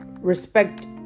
respect